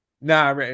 Nah